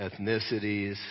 ethnicities